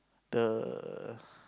the